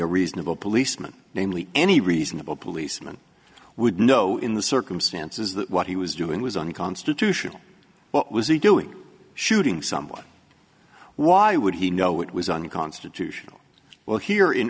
a reasonable policeman namely any reasonable policeman would know in the circumstances that what he was doing was unconstitutional what was he doing shooting someone why would he know it was unconstitutional well here in